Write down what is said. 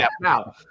now